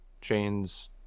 Jane's